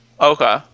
Okay